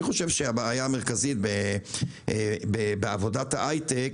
אני חושב שהבעיה המרכזית בעבודת ההיי-טק